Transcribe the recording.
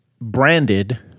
branded